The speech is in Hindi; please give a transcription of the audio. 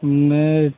मैं